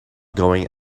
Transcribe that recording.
going